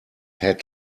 had